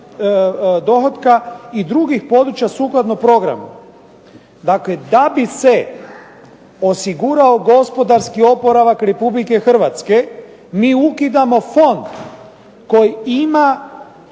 dohotka, i drugih područja sukladno programu. Dakle da bi se osigurao gospodarski oporavak Republike Hrvatske mi ukidamo fond koji ima